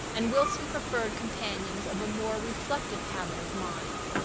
and wilson preferred companions of a more reflective habit of mind.